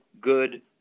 good